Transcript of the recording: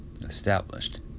established